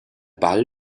ball